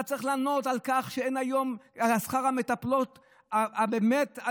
אתה צריך לעמוד על כך ששכר המטפלות נמוך באמת,